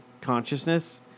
consciousness